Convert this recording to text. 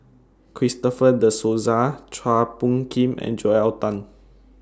Christopher De Souza Chua Phung Kim and Joel Tan